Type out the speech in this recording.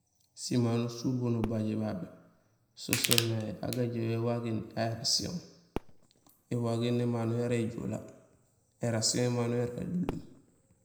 Simano surubo nubajé babé so soomé yayu gajaaw yo éwagéén, yayu érasihon: éwagéén émano yara éjoola, érasihon émano yara élunlum.